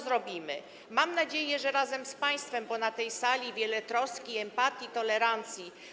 Zrobimy to, mam nadzieję, razem z państwem, bo na tej sali jest wiele troski, empatii, tolerancji.